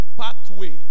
Pathway